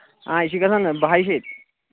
آ یہِ چھُ گژھان بَہہِ شیٚتھۍ